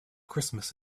christmas